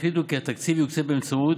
החליטו כי התקציב יוקצה באמצעות